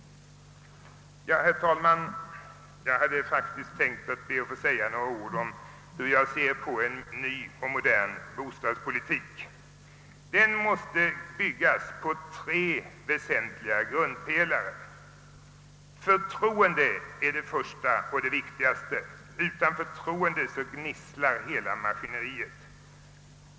Herr talman! Jag hade faktiskt tänkt be att få säga några ord om en ny modern bostadspolitik. Den måste byggas på tre grundpelare. Den första är förtroende och den är viktigast. Utan förtroende gnisslar hela maskineriet.